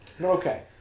okay